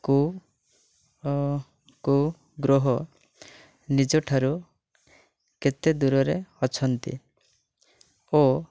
କେଉଁ କେଉଁ ଗ୍ରହ ନିଜଠାରୁ କେତେ ଦୂରରେ ଅଛନ୍ତି ଓ